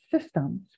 systems